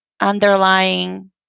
underlying